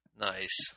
Nice